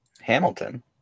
Hamilton